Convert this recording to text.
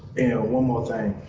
one more thing.